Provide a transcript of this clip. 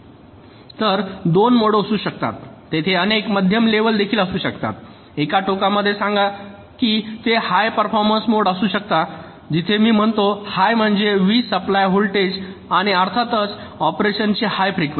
तर दोन मोड असू शकतात तेथे अनेक मध्यम लेवल देखील असू शकतात एका टोकामध्ये सांगा की ते हाय परफॉर्मन्स मोड असू शकता जिथे मी म्हणतो हाय म्हणजे वीज सप्लाय व्होल्टेज आणि अर्थातच ऑपरेशनची हाय फ्रिकवेंसी